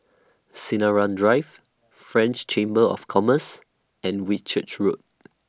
Sinaran Drive French Chamber of Commerce and Whitchurch Road